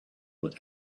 but